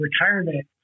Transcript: retirement